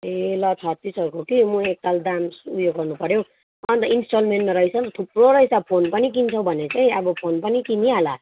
ए ल छत्तिसहरूको कि म एकताल दाम उयो गर्नुपऱ्यो हौ अन्त इन्सटलमेन्टमा रहेछ नि थुप्रो रहेछ फोन पनि किन्छौँ भने चाहिँ अब फोन पनि किनिहाल